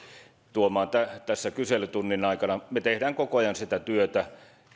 tässä kyselytunnin aikana me teemme koko ajan sitä työtä